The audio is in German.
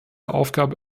aufgabe